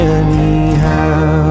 anyhow